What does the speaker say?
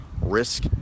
Risk